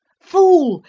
fool!